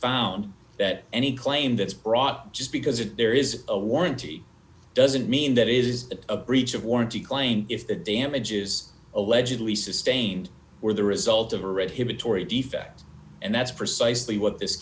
found that any claim that's brought just because there is a warranty doesn't mean that is a breach of warranty claim if the damages allegedly sustained were the result of a red hit tory defect and that's precisely what this